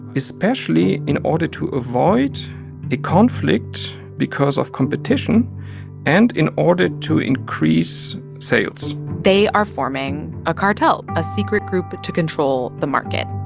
especially in order to avoid a conflict because of competition and in order to increase sales they are forming a cartel, a secret group to control the market,